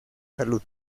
salud